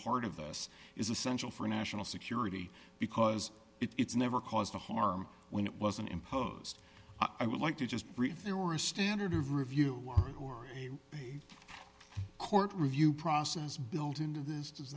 part of this is essential for national security because it's never caused the harm when it wasn't imposed i would like to just read there were a standard of review or a court review process build into this does